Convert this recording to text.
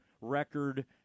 record